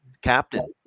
Captain